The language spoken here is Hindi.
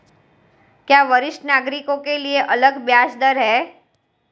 क्या वरिष्ठ नागरिकों के लिए अलग ब्याज दर है?